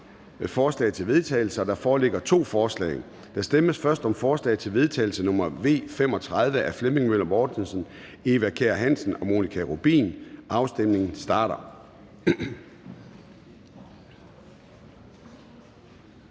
forslag til vedtagelse. Der foreligger to forslag. Der stemmes først om forslag til vedtagelse nr. V 35 af Flemming Møller Mortensen (S), Eva Kjer Hansen (V) og Monika Rubin (M). Afstemningen starter.